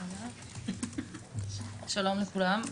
שלום לכולם.